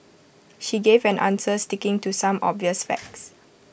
she gave an answer sticking to some obvious facts